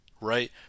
right